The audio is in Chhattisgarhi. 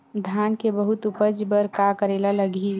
धान के बहुत उपज बर का करेला लगही?